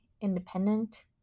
independent